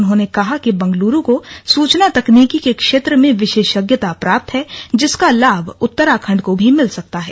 उन्होंने कहा कि बैंगलुरू को सूचना तकनीकि के क्षेत्र में विशेषज्ञता प्राप्त है जिसका लाभ उत्तराखण्ड को भी मिल सकता है